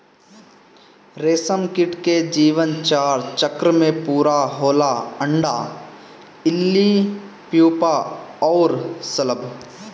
रेशमकीट के जीवन चार चक्र में पूरा होला अंडा, इल्ली, प्यूपा अउरी शलभ